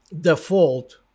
default